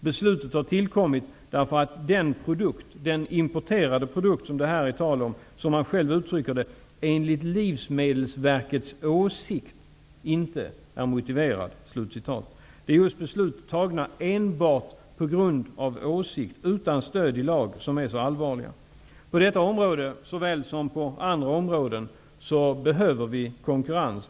Beslutet har tillkommit därför att den importerade produkt som det gäller, såsom man uttrycker det, enligt Livsmedelsverkets åsikt inte är motiverad. Beslut fattade enbart på grund av åsikt, utan stöd i lagen, är allvarliga. På detta område likaväl på andra områden behöver vi konkurrens.